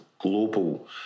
global